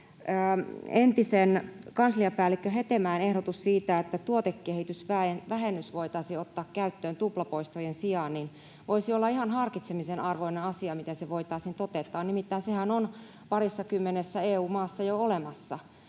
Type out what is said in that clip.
entisen kansliapäällikkö Hetemäen ehdotukseen siitä, että tuotekehitysvähennys voitaisiin ottaa käyttöön tuplapoistojen sijaan, voisi olla ihan harkitsemisen arvoinen asia, miten se voitaisiin toteuttaa, nimittäin sehän on parissakymmenessä EU-maassa jo olemassa.